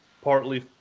partly